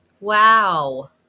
Wow